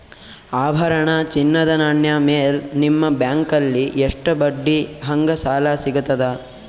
ಆಭರಣ, ಚಿನ್ನದ ನಾಣ್ಯ ಮೇಲ್ ನಿಮ್ಮ ಬ್ಯಾಂಕಲ್ಲಿ ಎಷ್ಟ ಬಡ್ಡಿ ಹಂಗ ಸಾಲ ಸಿಗತದ?